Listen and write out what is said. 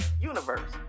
universe